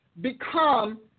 become